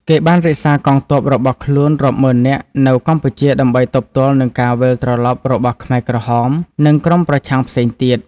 គេបានរក្សាកងទ័ពរបស់ខ្លួនរាប់ម៉ឺននាក់នៅកម្ពុជាដើម្បីទប់ទល់នឹងការវិលត្រឡប់របស់ខ្មែរក្រហម និងក្រុមប្រឆាំងផ្សេងទៀត ។